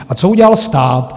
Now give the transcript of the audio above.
A co udělal stát?